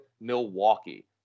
Milwaukee